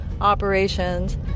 operations